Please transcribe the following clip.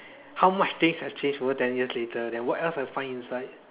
how much things have changed over ten years later then what else I find inside